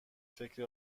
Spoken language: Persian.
فکر